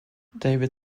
david